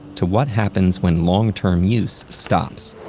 to what happens when long-term use stops.